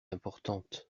importante